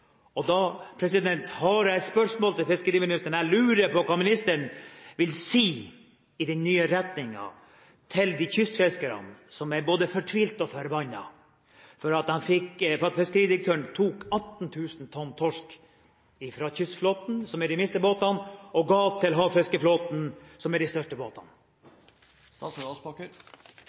og da har jeg et spørsmål til fiskeriministeren: Jeg lurer på hva ministeren vil si om den nye retningen til kystfiskerne, som er både fortvilte og forbannet over at fiskeridirektøren tok 18 000 tonn torsk fra kystflåten, som er de minste båtene, og ga til havfiskeflåten, som er de største båtene.